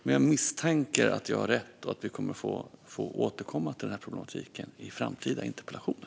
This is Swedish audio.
Men jag misstänker att jag har rätt och att vi kommer att få återkomma till problematiken i framtida interpellationer.